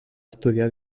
estudiar